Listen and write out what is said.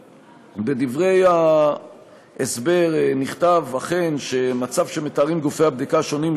בדברי ההסבר נכתב אכן ש"מצב שמתארים גופי הבדיקה השונים הוא